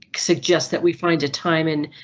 suggest that we find a time and.